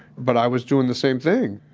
but i was doing the same thing.